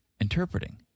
interpreting